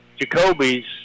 Jacoby's